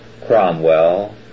Cromwell